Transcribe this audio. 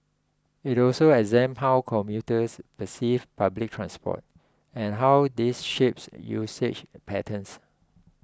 it also examined how commuters perceive public transport and how this shapes usage patterns